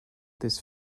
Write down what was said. this